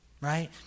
right